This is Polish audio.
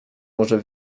może